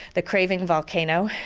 the craving volcano,